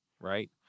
right